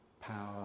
power